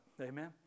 amen